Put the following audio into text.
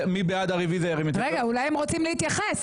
אולי הם רוצים להתייחס.